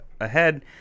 ahead